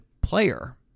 player